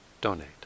donate